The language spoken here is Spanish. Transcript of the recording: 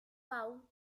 paul